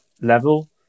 level